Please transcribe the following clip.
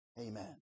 Amen